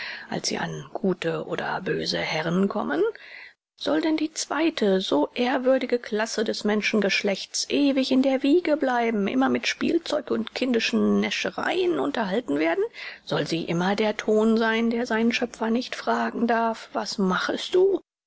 als sie an gute oder böse herren kommen soll denn die zweite so ehrwürdige klasse des menschengeschlechts ewig in der wiege bleiben immer mit spielzeug und kindischen näschereien unterhalten werden soll sie immer der thon sein der seinen schöpfer nicht fragen darf was machest du